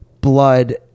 blood